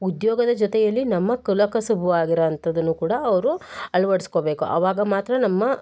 ಉದ್ಯೋಗದ ಜೊತೆಯಲ್ಲಿ ನಮ್ಮ ಕುಲಕಸುಬು ಆಗಿರೊ ಅಂತದ್ದನ್ನು ಕೂಡ ಅವರು ಅಳವಡ್ಸ್ಕೊಬೇಕು ಅವಾಗ ಮಾತ್ರ ನಮ್ಮ